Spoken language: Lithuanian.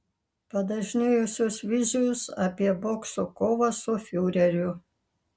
padažnėjusios vizijos apie bokso kovas su fiureriu